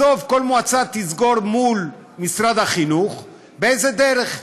בסוף כל מועצה תסגור מול משרד החינוך באיזו דרך,